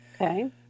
Okay